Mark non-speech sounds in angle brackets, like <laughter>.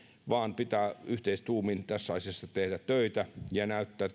vaan pitää yhteistuumin tässä asiassa tehdä töitä ja näyttää <unintelligible>